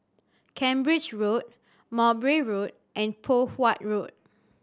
Cambridge Road Mowbray Road and Poh Huat Road